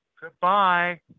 Goodbye